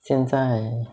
现在